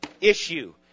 issue